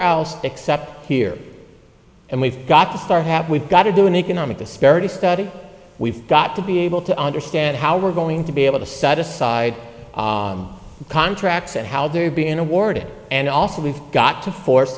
else except here and we've got to start happening got to do an economic disparity study we've got to be able to understand how we're going to be able to set aside contracts and how they're being awarded and also we've got to force